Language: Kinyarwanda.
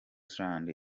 zealand